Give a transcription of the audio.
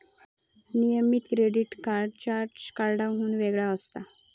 नियमित credit card charge कार्डाहुन वेगळा असता